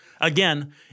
Again